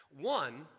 One